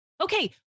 Okay